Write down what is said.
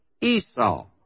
Esau